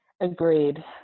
Agreed